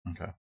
Okay